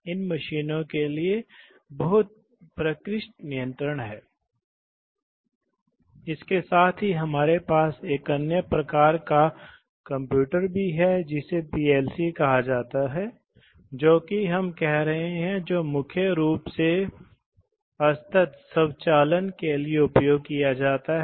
इसी प्रकार कभी कभी ऐसा होता है कि यदि आप उच्च बल नहीं चाहते हैं तो आप इस सिलेंडर क्षेत्र को आकार की आवश्यकताओं के कारण या गति की आवश्यकताओं के कारण नहीं बढ़ा सकते हैं यदि उस क्षेत्र में वृद्धि होती है तो हवा के प्रवाह में अधिक समय लगता है